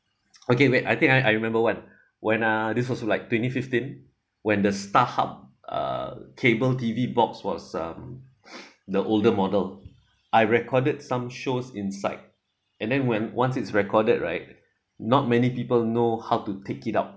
okay wait I think I I remember one when uh this also like twenty fifteen when the starhub uh cable T_V box was some the older model I recorded some shows inside and then when once it's recorded right not many people know how to take it out